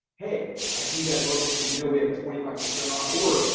hey, i see you guys loved this, did you know we have a twenty five percent off, or,